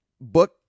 book